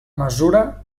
mesura